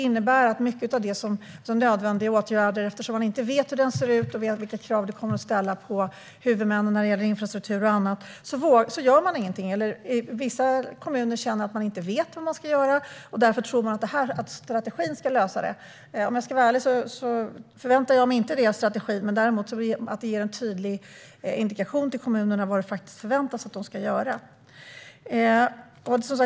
Eftersom man inte vet hur strategin ser ut och vilka krav den kommer att ställa på huvudmännen när det gäller infrastruktur och annat gör man ingenting. Vissa kommuner känner att man inte vet vad man ska göra, och därför tror man att strategin ska lösa det. Om jag ska vara ärlig förväntar jag mig inte detta av strategin, men däremot förväntar jag mig en tydlig indikation till kommunerna om vad de förväntas göra.